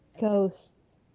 Ghosts